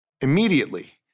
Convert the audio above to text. immediately